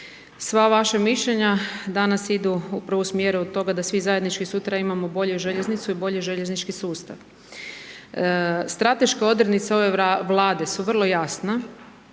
Sva vaša mišljenja danas idu upravo u smjeru toga da svi zajednički sutra imamo bolju željeznicu i bolji željeznički sustav. Strateške odrednice ove Vlade su vrlo jasna